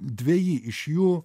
dveji iš jų